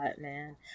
man